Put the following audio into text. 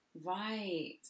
Right